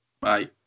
bye